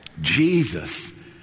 Jesus